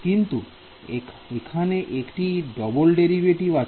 কিন্তু এখানে একটি ডবল ডেরিভেটিভ আছে